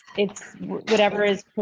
it's whatever is